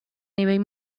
nivell